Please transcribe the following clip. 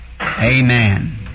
Amen